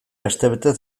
astebetez